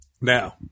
Now